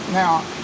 now